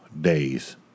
days